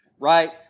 Right